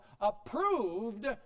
approved